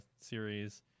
series